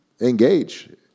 engage